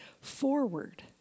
forward